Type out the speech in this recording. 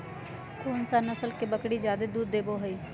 कौन सा नस्ल के बकरी जादे दूध देबो हइ?